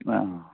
ആ